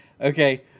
Okay